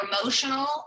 emotional